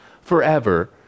forever